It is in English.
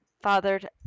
fathered